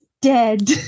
dead